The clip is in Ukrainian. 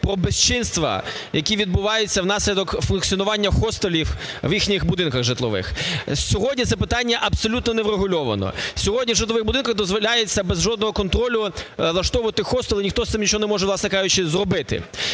про безчинства, які відбуваються внаслідок функціонування хостелів в їхніх будинках житлових. Сьогодні це питання абсолютно не врегульовано. Сьогодні в житлових будинках дозволяється без жодного контролю влаштовувати хостели і ніхто з цим нічого не може, власне кажучи, зробити.